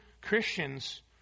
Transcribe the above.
Christians